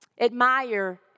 admire